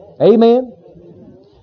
Amen